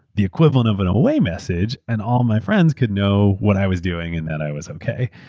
the equivalent of an away message and all my friends could know what i was doing and that i was okay.